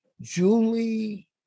Julie